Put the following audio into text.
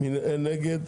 אין נגד.